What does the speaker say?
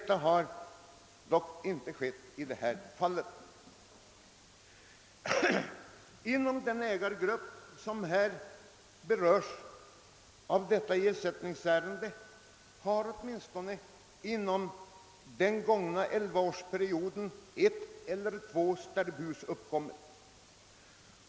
Så har dock inte skett i det aktuella fallet. Inom den av det aktuella ersättningsärendet berörda ägargruppen har under den gångna elvaårsperioden ett eller två sterbhus bildats.